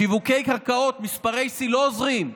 שיווקי קרקעות במספרי שיא לא עוזרים.